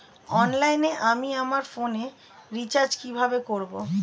অনলাইনে আমি আমার ফোনে রিচার্জ কিভাবে করব?